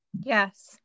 Yes